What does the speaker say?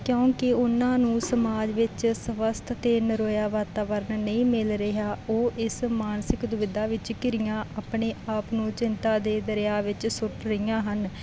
ਕਿਉਂਕਿ ਉਹਨਾਂ ਨੂੰ ਸਮਾਜ ਵਿੱਚ ਸਵੱਸਥ ਅਤੇ ਨਰੋਇਆ ਵਾਤਾਵਰਨ ਨਹੀਂ ਮਿਲ ਰਿਹਾ ਉਹ ਇਸ ਮਾਨਸਿਕ ਦੁਵਿਧਾ ਵਿੱਚ ਘਿਰੀਆਂ ਆਪਣੇ ਆਪ ਨੂੰ ਚਿੰਤਾ ਦੇ ਦਰਿਆ ਵਿੱਚ ਸੁੱਟ ਰਹੀਆਂ ਹਨ